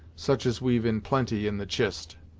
such as we've in plenty in the chist.